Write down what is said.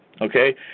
Okay